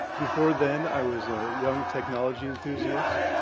before then, i was a young technology enthusiast.